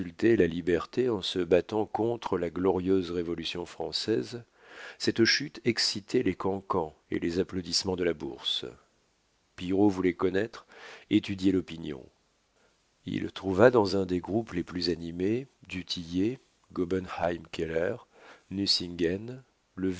la liberté en se battant contre la glorieuse révolution française cette chute excitait les cancans et les applaudissements de la bourse pillerault voulait connaître étudier l'opinion il trouva dans un des groupes les plus animés